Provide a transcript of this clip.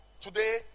Today